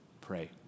pray